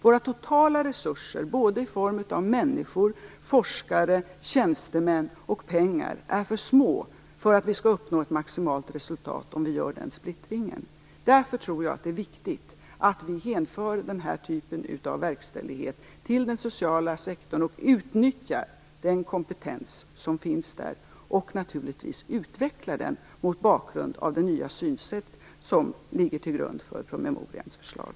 Våra totala resurser, i form av människor, forskare, tjänstemän och pengar, är för små för att vi skall uppnå ett maximalt resultat om vi gör den splittringen. Därför tror jag att det är viktigt att vi hänför den här typen av verkställighet till den sociala sektorn och utnyttjar den kompetens som finns där och naturligtvis utvecklar den, mot bakgrund av det nya synsätt som ligger till grund för promemorians förslag.